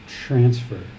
Transfer